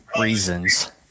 reasons